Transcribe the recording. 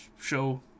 show